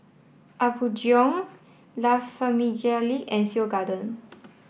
Apgujeong La Famiglia and Seoul Garden